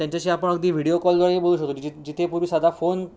त्यांच्याशी आपण अगदी व्हिडीओ कॉलद्वारेही बोलू शकतो जिथे जिथे पूर्वी साधा फोन